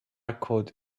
code